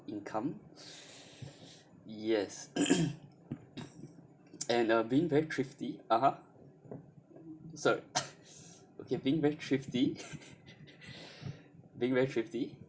income yes and uh being very thrifty (uh huh) so okay being very thrifty being very thrifty